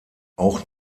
auch